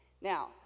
Now